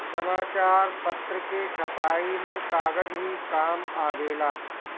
समाचार पत्र के छपाई में कागज ही काम आवेला